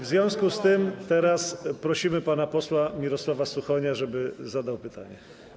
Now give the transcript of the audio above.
W związku z tym teraz proszę pana posła Mirosława Suchonia, żeby zadał pytanie.